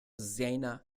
szene